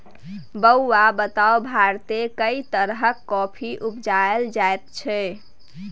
बौआ बताउ भारतमे कैक तरहक कॉफी उपजाएल जाइत छै?